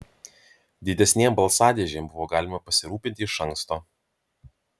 didesnėm balsadėžėm buvo galima pasirūpinti iš anksto